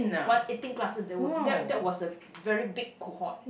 one eighteen classes there would that that was a very big cohort